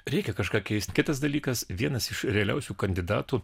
reikia kažką keisti kitas dalykas vienas iš realiausių kandidatų